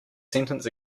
sentence